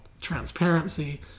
transparency